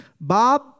Bob